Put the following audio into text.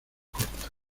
cortas